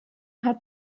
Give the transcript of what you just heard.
hat